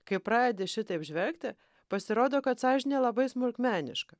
kai pradedi šitaip žvelgti pasirodo kad sąžinė labai smulkmeniška